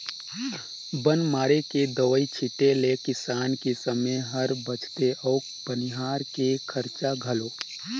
बन मारे के दवई छीटें ले किसान के समे हर बचथे अउ बनिहार के खरचा घलो